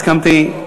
שאלה אחת הסכמתי,